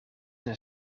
een